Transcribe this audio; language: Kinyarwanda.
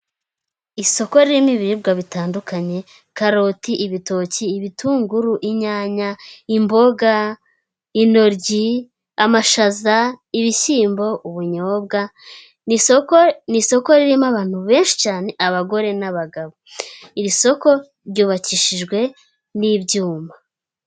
Isoko ririmo ibiribwa bitandukanye karoti, ibitoki, ibitunguru, inyanya, imboga, intoryi, amashaza, ibishyimbo, ubunyobwa. Ni isoko ni isoko ririmo abantu benshi cyane abagore n'abagabo, iri soko ryubakishijwe n'ibyuma.